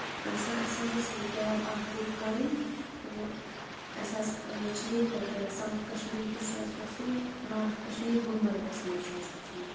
سر اَسہِ حظ ٲسۍ کیب اکھ بُک کَرٕنۍ تہٕ أسۍ حظ چھِ ییٚتہِ پٮ۪ٹھ ساوُتھ کَشمیٖر پٮ۪ٹھ چھُ اَسہِ گژھُن نارتھ کَشمیٖر گُلمَرگس منٛز چھُ اَسہِ گژھُن